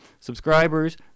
Subscribers